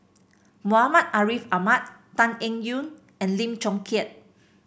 Muhammad Ariff Ahmad Tan Eng Yoon and Lim Chong Keat